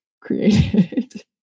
created